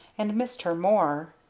and missed her more.